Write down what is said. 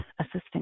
assistant